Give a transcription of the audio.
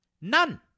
None